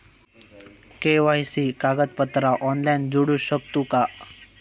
KYC कागदपत्रा online जोडू शकतू का?